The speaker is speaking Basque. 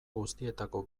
guztietako